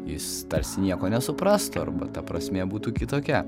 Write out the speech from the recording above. jis tarsi nieko nesuprastų arba ta prasmė būtų kitokia